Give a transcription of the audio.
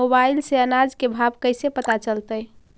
Mobile से अनाज के भाव कैसे पता चलतै?